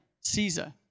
Caesar